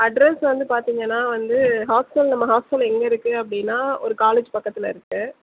address வந்து பார்த்தீங்கனா வந்து ஹாஸ்ட்டல் நம்ம ஹாஸ்ட்டல் எங்கே இருக்கு அப்படினா ஒரு காலேஜ் பக்கத்தில் இருக்கு